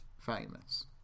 famous